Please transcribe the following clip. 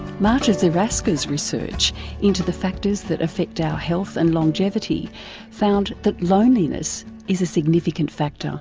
marta zaraska's research into the factors that affect our health and longevity found that loneliness is a significant factor